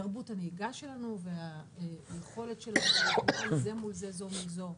תרבות הנהיגה שלנו והיכולת שלנו להיות זה מול זה וזו מול זו,